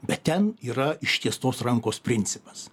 bet ten yra ištiestos rankos principas